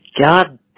God